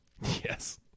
Yes